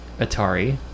Atari